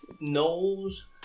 knows